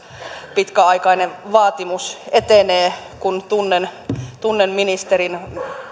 pitkäaikainen vaatimus etenee kun tunnen tunnen ministerin